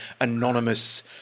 anonymous